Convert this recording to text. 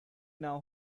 now